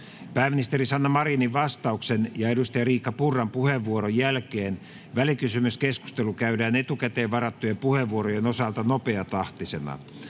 Pääministeri Sanna Marinin vastauksen ja edustaja Riikka Purran puheenvuoron jälkeen välikysymyskeskustelu käydään etukäteen varattujen puheenvuorojen osalta nopeatahtisena.